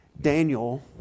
Daniel